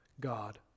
God